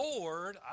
Lord